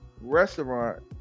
restaurant